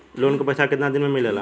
Loan के पैसा कितना दिन मे मिलेला?